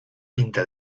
pinta